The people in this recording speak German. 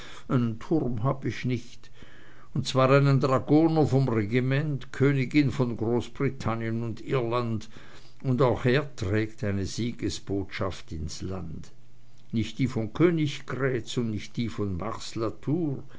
hab ich nicht und zwar einen dragoner vom regiment königin von großbritannien und irland und auch er trägt eine siegesbotschaft ins land nicht die von königgrätz und nicht die von